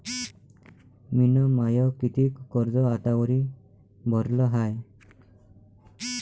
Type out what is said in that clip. मिन माय कितीक कर्ज आतावरी भरलं हाय?